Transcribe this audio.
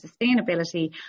sustainability